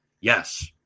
Yes